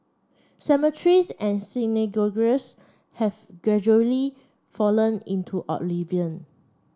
cemeteries and synagogues have gradually fallen into oblivion